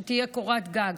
שתהיה קורת גג.